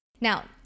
Now